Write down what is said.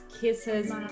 kisses